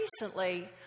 recently